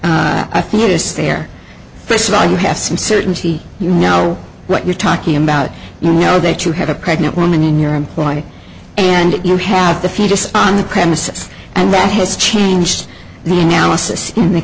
is there first of all you have some certainty you know what you're talking about you know that you have a pregnant woman in your employ and you have the fetus on the premises and that has changed the analysis in the